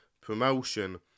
promotion